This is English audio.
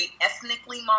ethnically